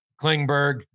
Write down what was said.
Klingberg